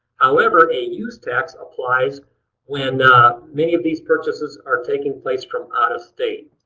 however, a use tax applies when many of these purchases are taking place from out of state.